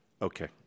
Okay